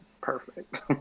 perfect